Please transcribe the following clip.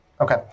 okay